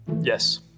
Yes